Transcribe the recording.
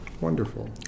Wonderful